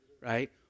Right